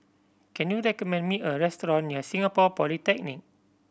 can you recommend me a restaurant near Singapore Polytechnic